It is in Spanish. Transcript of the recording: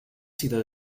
sido